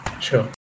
Sure